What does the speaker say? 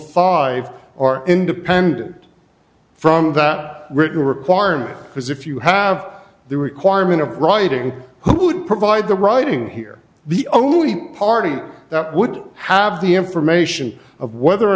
five are independent from that written requirement because if you have the requirement of writing who would provide the writing here the only party that would have the information of whether or